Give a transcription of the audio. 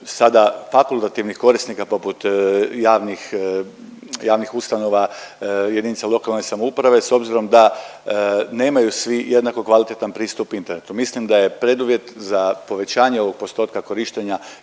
sada fakultativnih korisnika poput javnih, javnih ustanova JLS s obzirom da nemaju svi jednako kvalitetan pristup internetu? Mislim da je preduvjet za povećanje ovog postotka korištenja